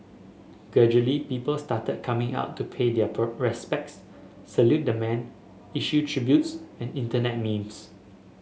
gradually people started coming out to pay their respects salute the man issue tributes and Internet memes